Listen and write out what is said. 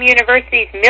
University's